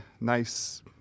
nice